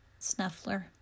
snuffler